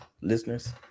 listeners